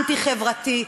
אנטי-חברתי,